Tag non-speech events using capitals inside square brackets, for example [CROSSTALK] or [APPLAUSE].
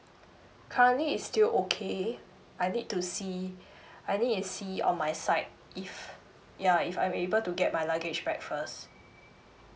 currently is still okay I need to see [BREATH] I need to see on my side if ya if I'm able to get my luggage back first